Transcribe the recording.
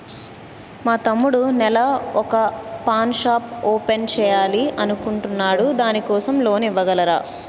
మా తమ్ముడు నెల వొక పాన్ షాప్ ఓపెన్ చేయాలి అనుకుంటునాడు దాని కోసం లోన్ ఇవగలరా?